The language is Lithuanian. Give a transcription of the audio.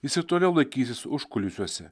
jis ir toliau laikysis užkulisiuose